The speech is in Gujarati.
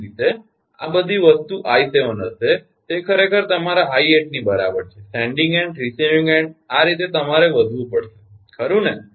તે જ રીતે આ બધી વસ્તુ 𝐼7 હશે તે ખરેખર તમારા 𝑖8 ની બરાબર છે સેન્ડીંગ એન્ડ રિસીવીંગ એન્ડ આ રીતે તમારે વધવું પડશે ખરું ને